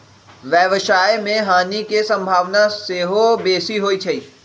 व्यवसाय में हानि के संभावना सेहो बेशी होइ छइ